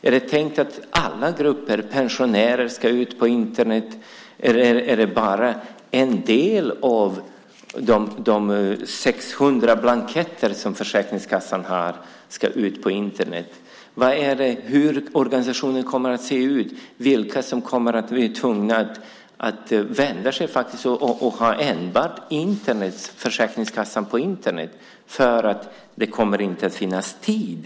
Är det tänkt att alla grupper - pensionärer till exempel - ska behöva använda Internet, eller är det bara en del av de 600 blanketter som Försäkringskassan har som ska läggas ut på Internet? Hur kommer organisationen att se ut? Vilka är det som kommer att bli tvungna att vänja sig vid att enbart ha Försäkringskassan på Internet för att det inte kommer att finnas tid?